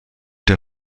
der